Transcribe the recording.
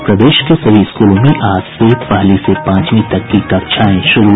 और प्रदेश के सभी स्कूलों में आज से पहली से पांचवीं तक की कक्षाएं शुरू